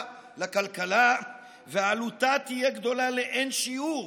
לכלכלה ועלותה תהיה גדולה לאין שיעור